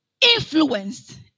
influenced